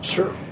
Sure